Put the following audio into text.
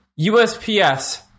usps